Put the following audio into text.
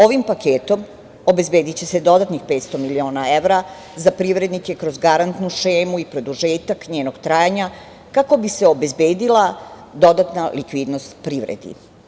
Ovim paketom obezbediće se dodatnih 500 miliona evra za privrednike kroz garantnu šemu i produžetak njenog trajanja kako bi se obezbedila dodatna likvidnost privredi.